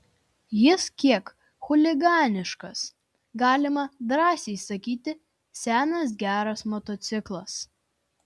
jis kiek chuliganiškas galima drąsiai sakyti senas geras motociklas